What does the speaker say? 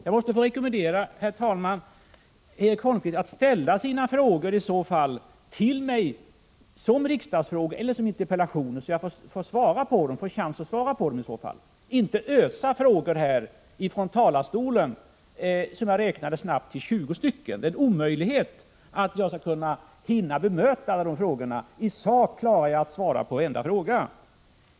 Jag måste rekommendera Erik Holmkvist att ställa sina frågor till mig som riksdagsfrågor eller som interpellationer — så att jag får möjlighet att besvara dem — och inte ösa frågor från talarstolen. Det är omöjligt för mig att hinna bemöta alla dessa frågor. I sak klarar jag att svara på varenda fråga.